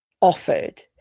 offered